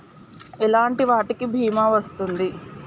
ఎలాంటి వాటికి బీమా వస్తుంది?